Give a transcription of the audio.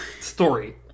story